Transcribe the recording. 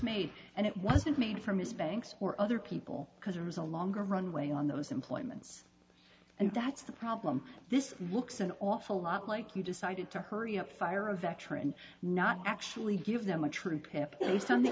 made and it wasn't made for mr banks or other people because there was a longer runway on those employments and that's the problem this looks an awful lot like you decided to hurry up fire a veteran not actually give them a true p